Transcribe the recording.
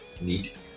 Neat